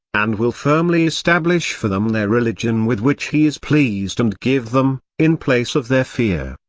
and will firmly establish for them their religion with which he is pleased and give them, in place of their fear,